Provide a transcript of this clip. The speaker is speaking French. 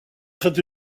cette